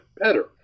better